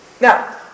Now